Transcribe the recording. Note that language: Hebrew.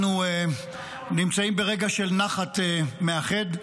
אנחנו נמצאים ברגע של נחת מאחד,